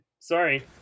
Sorry